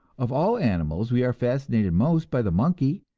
of all animals we are fascinated most by the monkey,